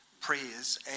Prayers